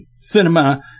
cinema